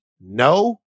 No